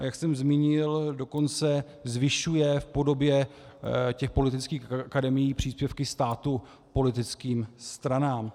Jak jsem zmínil, dokonce zvyšuje v podobě politických akademií příspěvky státu politickým stranám.